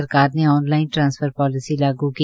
सरकार ने online transfer policy लागू की